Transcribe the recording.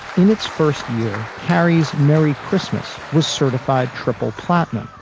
in its first year, karis merry christmas was certified triple platinum.